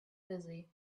busy